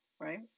right